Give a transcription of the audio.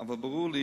אבל ברור לי,